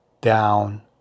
down